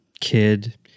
kid